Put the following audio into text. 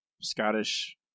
Scottish